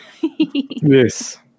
Yes